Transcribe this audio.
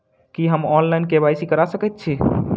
की हम online, KYC करा सकैत छी?